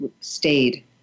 stayed